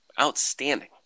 outstanding